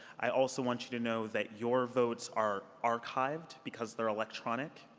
i also want you to know that your votes are archiveed, because they're electronic,